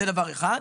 זה דבר אחד.